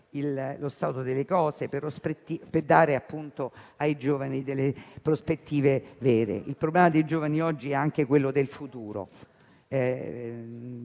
lo stato delle cose e dare ai giovani delle prospettive vere. Il problema dei giovani oggi è anche quello del futuro